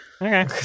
Okay